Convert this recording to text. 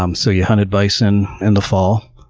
um so you hunted bison in the fall.